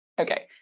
Okay